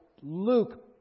Luke